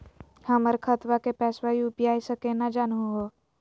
हमर खतवा के पैसवा यू.पी.आई स केना जानहु हो?